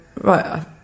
right